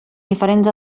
diferents